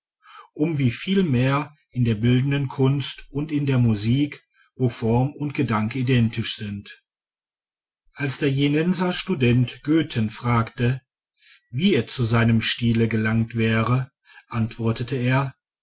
um wie viel mehr in der bildenden kunst und in der musik wo form und gedanke identisch sind als der jenenser student goethen fragte wie er zu seinem stile gelangt wäre antwortete er